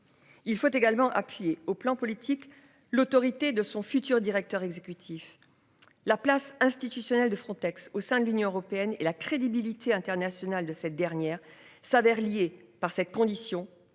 Il faut également appuyé au plan politique. L'autorité de son futur directeur exécutif. La place institutionnelle de Frontex au sein de l'Union européenne et la crédibilité internationale de cette dernière s'avère lié par cette condition